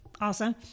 awesome